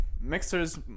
mixers